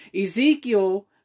Ezekiel